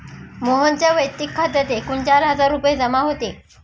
मोहनच्या वैयक्तिक खात्यात एकूण चार हजार रुपये जमा होते